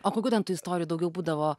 o kokių ten tų istorijų daugiau būdavo